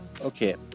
Okay